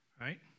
right